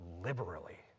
liberally